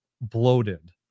bloated